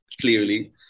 clearly